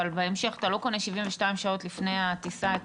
אבל בהמשך אתה לא קונה 72 שעות לפני הטיסה את